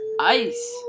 ice